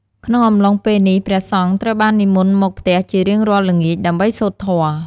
ក្នុងអំឡុងពេលនេះ ព្រះសង្ឃត្រូវបាននិមន្តមកផ្ទះជារៀងរាល់ល្ងាច ដើម្បីសូត្រធម៌។